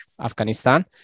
afghanistan